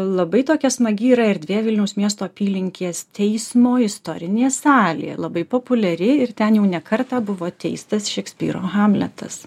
labai tokia smagi yra erdvė vilniaus miesto apylinkės teismo istorinė salė labai populiari ir ten jau ne kartą buvo teistas šekspyro hamletas